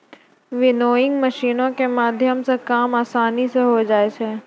winnowing मशीनो के माध्यमो से काम असानी से होय जाय छै